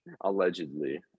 allegedly